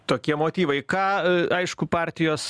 tokie motyvai ką aišku partijos